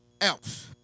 else